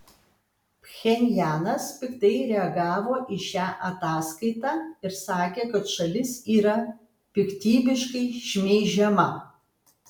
pchenjanas piktai reagavo į šią ataskaitą ir sakė kad šalis yra piktybiškai šmeižiama